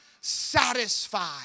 satisfied